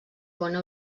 bona